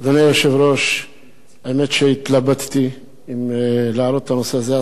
האמת שהתלבטתי אם להעלות את הנושא הזה על סדר-היום או לא להעלות את זה.